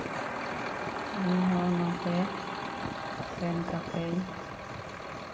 ᱤᱧᱦᱚᱸ ᱚᱱᱟᱛᱤᱧ ᱥᱮᱱ ᱠᱟᱛᱮᱫ ᱤᱧ